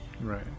right